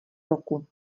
roku